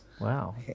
Wow